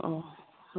ꯑꯧ ꯍꯣꯏ